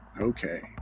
Okay